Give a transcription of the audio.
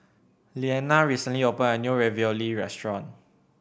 Leana recently opened a new Ravioli restaurant